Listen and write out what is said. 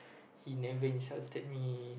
he never insulted me